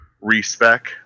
respec